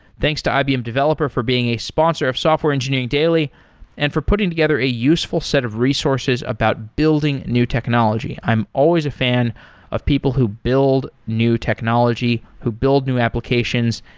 thanks to ibm developer for being a sponsor of software engineering daily and for putting together a useful set of resources about building new technology. i'm always a fan of people who build new technology, who build new applications,